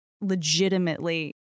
legitimately